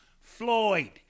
Floyd